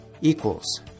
equals